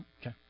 Okay